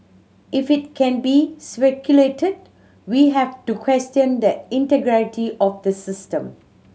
if it can be speculated we have to question the integrity of the system